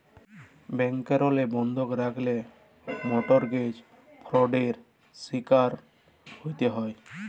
ব্যাংকেরলে বন্ধক রাখল্যে মরটগেজ ফরডের শিকারট হ্যতে হ্যয়